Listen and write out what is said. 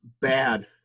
bad